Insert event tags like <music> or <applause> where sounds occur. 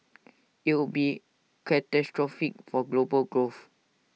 <noise> IT would be catastrophic for global growth